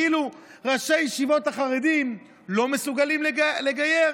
כאילו ראשי הישיבות החרדים לא מסוגלים לגייר